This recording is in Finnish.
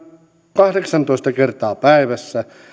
kahdeksantoista kertaa päivässä